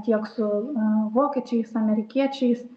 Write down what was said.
tiek su vokiečiais amerikiečiais